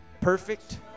perfect